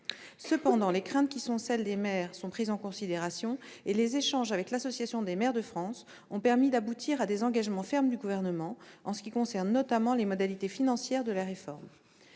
Cependant, les craintes des maires sont prises en considération. Les échanges avec l'Association des maires de France ont permis d'aboutir à des engagements fermes du Gouvernement, en ce qui concerne notamment les modalités financières de la réforme.